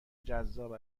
جذاب